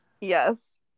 Yes